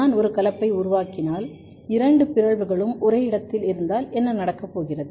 நான் ஒரு கலப்பை உருவாக்கினால் இரண்டு பிறழ்வுகளும் ஒரே இடத்தில் இருந்தால் என்ன நடக்கப்போகிறது